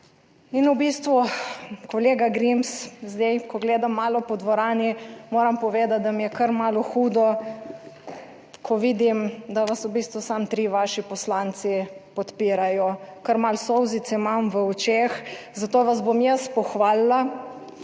In v bistvu, kolega Grims, zdaj ko gledam malo po dvorani, moram povedati, da mi je kar malo hudo, ko vidim, da vas v bistvu samo trije vaši poslanci podpirajo, kar malo solzic imam v očeh, zato vas bom jaz pohvalila,